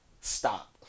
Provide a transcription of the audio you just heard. stop